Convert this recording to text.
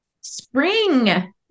Spring